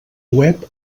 web